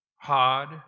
hard